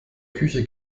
küche